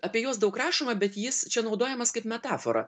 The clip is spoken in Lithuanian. apie juos daug rašoma bet jis čia naudojamas kaip metafora